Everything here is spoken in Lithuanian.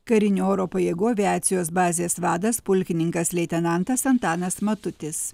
karinių oro pajėgų aviacijos bazės vadas pulkininkas leitenantas antanas matutis